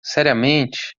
seriamente